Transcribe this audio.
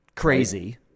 Crazy